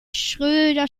schröder